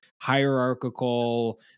hierarchical